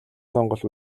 сонголт